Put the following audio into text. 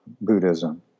Buddhism